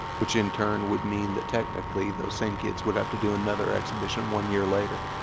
which in turn would mean that technically those same kids would have to do another exhibition one year later